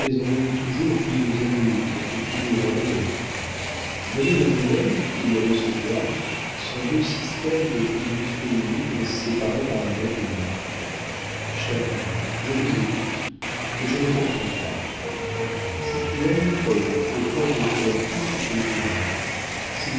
on aime toujours qui nous amuse ou qui nous rend heureux donner le bonheur ou le recevoir sont deux systèmes de conduite féminine séparés par un abîme chère mère je vous écoute mais je ne comprends pas si tu aimes paul au point de faire tout ce qu'il voudra